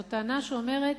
זו טענה שאומרת: